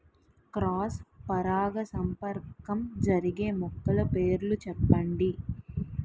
Cross పరాగసంపర్కం జరిగే మొక్కల పేర్లు చెప్పండి?